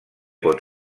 pot